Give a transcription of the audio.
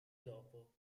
dopo